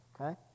okay